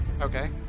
Okay